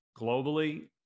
globally